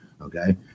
Okay